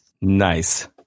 nice